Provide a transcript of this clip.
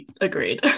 agreed